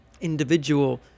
individual